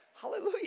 Hallelujah